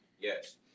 yes